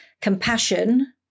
compassion